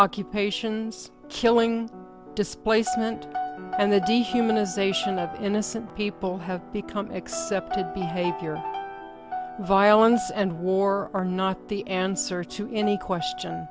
occupations killing displacement and the dehumanization of innocent people have become accepted behavior violence and war are not the answer to any question